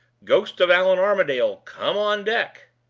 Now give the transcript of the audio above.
ghost of allan armadale, come on deck!